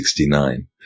1969